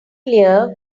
clear